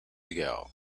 ago